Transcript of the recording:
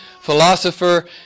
philosopher